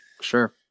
sure